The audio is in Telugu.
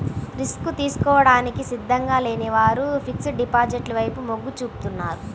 రిస్క్ తీసుకోవడానికి సిద్ధంగా లేని వారు ఫిక్స్డ్ డిపాజిట్ల వైపు మొగ్గు చూపుతున్నారు